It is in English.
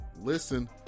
listen